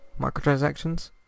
microtransactions